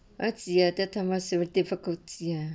uh with difficult is ya